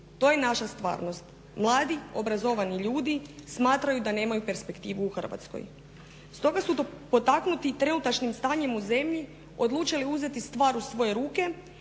To je naša stvarnost. Mladi, obrazovani ljudi smatraju da nemaju perspektivu u Hrvatskoj. Stoga su potaknuti trenutačnim stanjem u zemlji odlučili uzeti stvar u svoje ruke